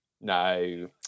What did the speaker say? No